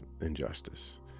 injustice